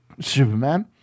Superman